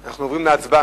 אנחנו עוברים להצבעה.